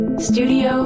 Studio